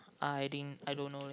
I didn't I don't know leh